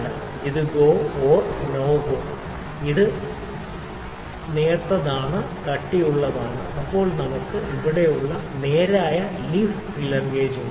അതിനാൽ ഇത് GO NO GO ഇത് നേർത്തതാണ് ഇത് കട്ടിയുള്ളതാണ് അപ്പോൾ നമുക്ക് ഇവിടെയുള്ളതുപോലെ നേരായ ലീഫ് ഫീലർ ഗേജ് ഉണ്ട്